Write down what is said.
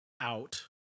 out